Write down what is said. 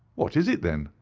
what is it then?